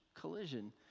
collision